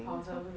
跑车不是